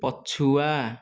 ପଛୁଆ